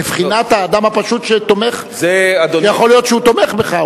בבחינת האדם הפשוט שיכול להיות שהוא תומך בך,